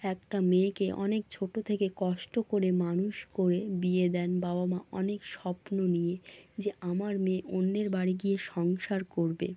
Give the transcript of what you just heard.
একটা মেয়েকে অনেক ছোট থেকে কষ্ট করে মানুষ করে বিয়ে দেন বাবা মা অনেক স্বপ্ন নিয়ে যে আমার মেয়ে অন্যের বাড়ি গিয়ে সংসার করবে